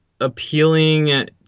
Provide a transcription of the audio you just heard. appealing